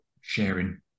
sharing